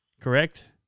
correct